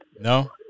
No